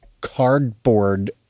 cardboard